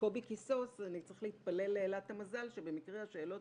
קובי קיסוס: אני צריך להתפלל לאלת המזל שבמקרה השאלות